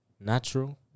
Natural